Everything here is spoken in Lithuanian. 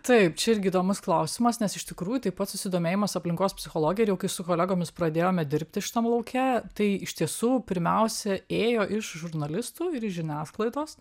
taip čia irgi įdomus klausimas nes iš tikrųjų taip pats susidomėjimas aplinkos psichologija jau kai su kolegomis pradėjome dirbti šitam lauke tai iš tiesų pirmiausia ėjo iš žurnalistų ir iš žiniasklaidos